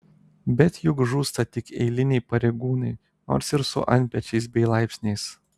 bet juk žūsta tik eiliniai pareigūnai nors ir su antpečiais bei laipsniais